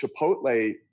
Chipotle